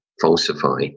falsify